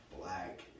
black